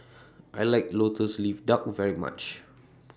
I like Lotus Leaf Duck very much